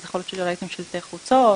יכול להיות שראיתם שלטי חוצות,